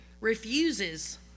refuses